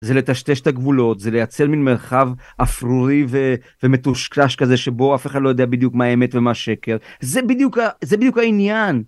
זה לטשטש את הגבולות, זה לייצר מין מרחב אפרורי ומטושטש כזה שבו אף אחד לא יודע בדיוק מה האמת ומה השקר, זה בדיוק העניין.